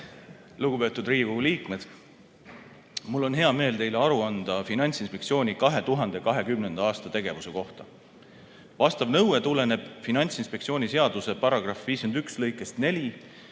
Lugupeetud Riigikogu liikmed! Mul on hea meel teile aru anda Finantsinspektsiooni 2020. aasta tegevuse kohta. Vastav nõue tuleneb Finantsinspektsiooni seaduse § 51 lõikest 4